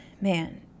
man